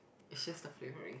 it's just the flavouring